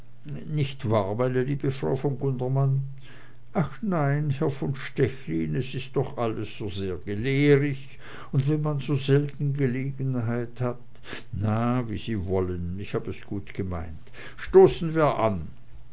nicht wahr meine liebe frau von gundermann ach nein herr von stechlin es ist doch alles so sehr gelehrig und wenn man so selten gelegenheit hat na wie sie wollen ich hab es gut gemeint stoßen wir an